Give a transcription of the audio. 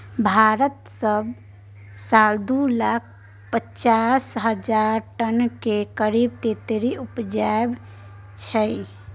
भारत सब साल दु लाख पचास हजार टन केर करीब तेतरि उपजाबै छै